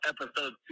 episode